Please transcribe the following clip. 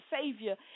Savior